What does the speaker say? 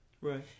right